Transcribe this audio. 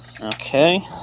Okay